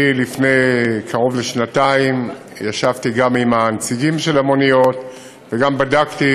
לפני קרוב לשנתיים ישבתי עם הנציגים של המוניות וגם בדקתי,